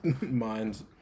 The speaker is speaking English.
minds